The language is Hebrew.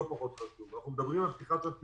פחות חשוב: אנחנו מדברים על פתיחת שנת לימודים,